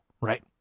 Right